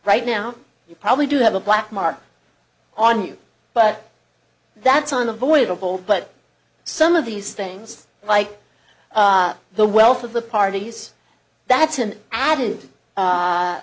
right now you probably do have a black mark on you but that's on a voidable but some of these things like the wealth of the parties that's an added